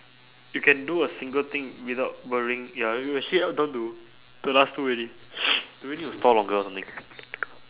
you can do a single thing without worrying ya you we actually ah down to the last two already do we need to stall longer or something